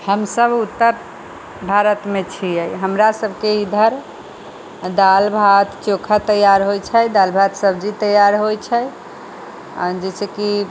हमसब उत्तर भारतमे छिए हमरा सबके इधर दालि भात चोखा तैआर होइ छै दालि भात सब्जी तैआर होइ छै आओर जइसेकि